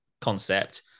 concept